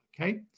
Okay